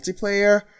multiplayer